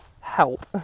Help